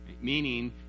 Meaning